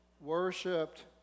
worshipped